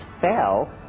fell